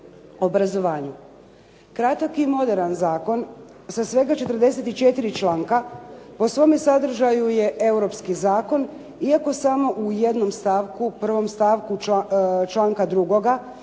Kratak i moderan zakon sa svega 44 članka po svome sadržaju je europski zakon iako samo u jednom stavku, prvom stavku članka drugoga